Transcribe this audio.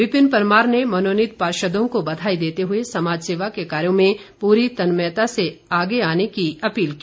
विपिन परमार ने मनोनीत पार्षदों को बघाई देते हुए समाजसेवा के कार्यों में पूरी तन्मयता से आगे आने की अपील की